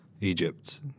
Egypt